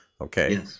Okay